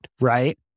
right